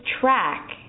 track